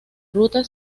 ruta